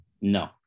No